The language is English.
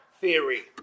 theory